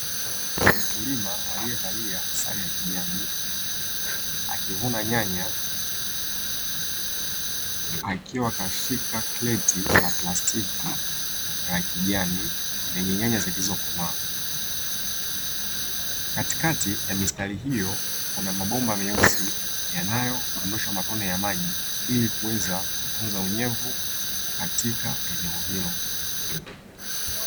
Mkulima alievalia sare ya kijani akivuna nyanya akiwa ameshika kreti ya plastiki ya kijani yenye nyanya zilizo komaa. Katikati ya mistari hiyo kuna mabomba meusi yanayodondosha matone ya maji ili kuweza kutunza unyevu katika eneo hilo.